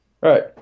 Right